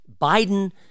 Biden—